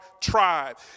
tribe